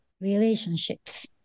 relationships